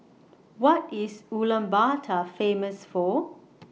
What IS Ulaanbaatar Famous For